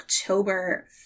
October